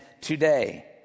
today